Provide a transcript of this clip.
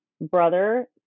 brother